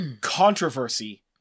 controversy